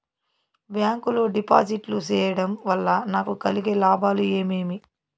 Bank లో డిపాజిట్లు సేయడం వల్ల నాకు కలిగే లాభాలు ఏమేమి?